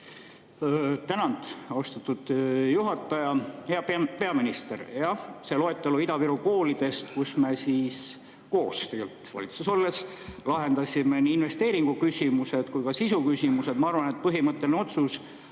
Tänan, austatud juhataja! Hea peaminister! Jah, see loetelu Ida-Viru koolidest, kus me koos valitsuses olles lahendasime nii investeeringuküsimused kui ka sisuküsimused. Ma arvan, et põhimõtteline otsus